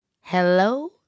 Hello